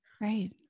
Right